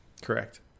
Correct